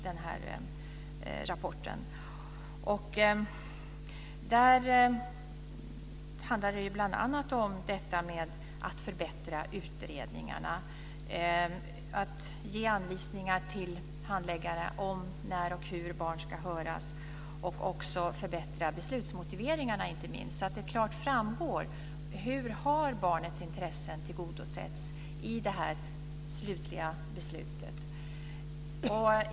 Där handlar det bl.a. om att man ska förbättra utredningarna, att ge anvisningar till handläggarna om när och hur barn ska höras och också att förbättra inte minst beslutsmotiveringarna så att det klart framgår hur barnets intressen har tillgodosetts i detta slutliga beslut.